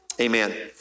Amen